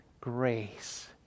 grace